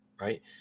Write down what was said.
right